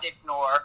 ignore